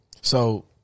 So-